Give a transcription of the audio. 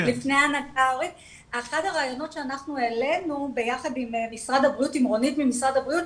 אחד הרעיונות שהעלינו ביחד עם רונית ממשרד הבריאות,